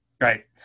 Right